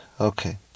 okay